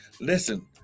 Listen